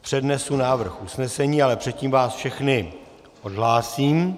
Přednesu návrh usnesení, ale předtím vás všechny odhlásím.